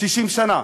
60 שנה,